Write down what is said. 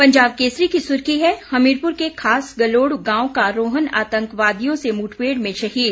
पंजाब केसरी की सुर्खी है हमीरपुर के खास गलोड़ गांव का रोहन आतंकवादियों से मुठभेड़ में शहीद